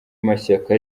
mashyaka